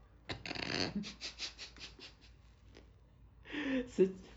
seja~